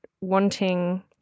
wanting